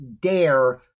dare